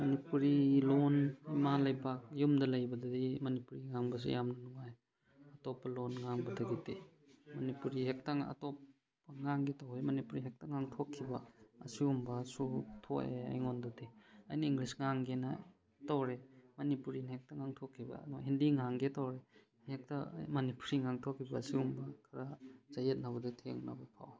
ꯃꯅꯤꯄꯨꯔꯤ ꯂꯣꯟ ꯏꯃꯥ ꯂꯩꯕꯥꯛ ꯌꯨꯝꯗ ꯂꯩꯕꯗꯗꯤ ꯃꯅꯤꯄꯨꯔꯤ ꯉꯥꯡꯕꯁꯦ ꯌꯥꯝꯅ ꯅꯨꯡꯉꯥꯏ ꯑꯇꯣꯞꯄ ꯂꯣꯟ ꯉꯥꯡꯕꯗꯒꯤꯗꯤ ꯃꯅꯤꯄꯨꯔꯤ ꯉꯥꯡꯒꯦ ꯇꯧꯋꯦ ꯃꯅꯤꯄꯨꯔꯤ ꯍꯦꯛꯇ ꯉꯥꯡꯊꯣꯛꯈꯤꯕ ꯑꯁꯤꯒꯨꯝꯕꯁꯨ ꯊꯣꯛꯑꯦ ꯑꯩꯉꯣꯟꯗꯗꯤ ꯑꯩꯅ ꯏꯪꯂꯤꯁ ꯉꯥꯡꯒꯦꯅ ꯇꯧꯔꯦ ꯃꯅꯤꯄꯨꯔꯤ ꯍꯦꯛꯇ ꯉꯥꯡꯊꯣꯛꯈꯤꯕ ꯍꯤꯟꯗꯤ ꯉꯥꯡꯒꯦ ꯇꯧꯔꯦ ꯍꯦꯛꯇ ꯃꯅꯤꯄꯨꯔꯤ ꯉꯥꯡꯊꯣꯛꯈꯤꯕ ꯑꯁꯤꯒꯨꯝꯕ ꯈꯔ ꯆꯌꯦꯠꯅꯕꯗꯨ ꯊꯦꯡꯅꯕ ꯐꯥꯎꯋꯦ